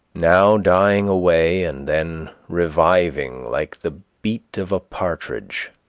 now dying away and then reviving like the beat of a partridge,